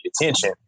attention